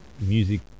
music